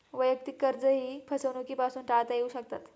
वैयक्तिक कर्जेही फसवणुकीपासून टाळता येऊ शकतात